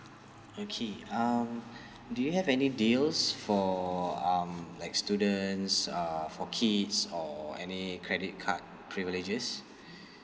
okay um do you have any deals for um like students uh for kids or any credit card privileges